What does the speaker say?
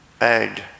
egg